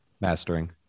Mastering